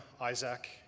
Isaac